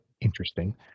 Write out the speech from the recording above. interesting